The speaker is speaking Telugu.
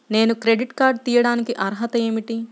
నేను క్రెడిట్ కార్డు తీయడానికి అర్హత ఏమిటి?